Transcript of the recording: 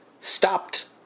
stopped